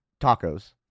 Tacos